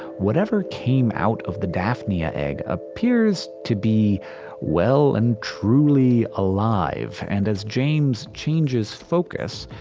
whatever came out of the daphnia egg appears to be well and truly alive. and as james changes focus,